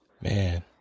man